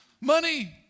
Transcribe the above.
money